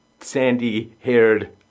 Sandy-haired